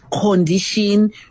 condition